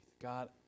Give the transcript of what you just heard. God